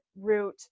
route